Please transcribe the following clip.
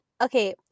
okay